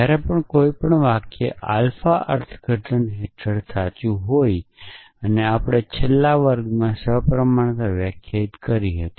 જ્યારે પણ કોઈ વાક્ય આલ્ફાઅર્થઘટન હેઠળ સાચું હોય છે અને આપણે છેલ્લા વર્ગમાં સપ્રમાણતા વ્યાખ્યાયિત કરી હતી